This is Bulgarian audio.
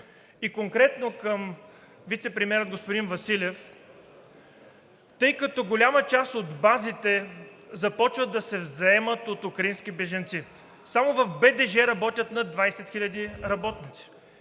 И конкретно към вицепремиера господин Василев. Голяма част от базите започват да се заемат от украински бежанци. Само в БДЖ работят 20 000 работници.